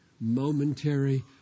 momentary